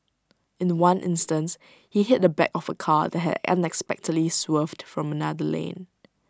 in The One instance he hit the back of A car that had unexpectedly swerved from another lane